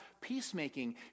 peacemaking